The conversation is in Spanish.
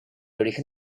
origen